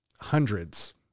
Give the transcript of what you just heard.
hundreds